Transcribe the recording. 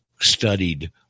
studied